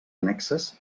annexes